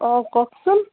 অঁ কওকচোন